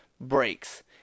breaks